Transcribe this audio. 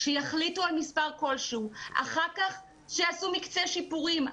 שיחליטו על מספר כלשהו ואחר כך יעשו מקצה שיפורים,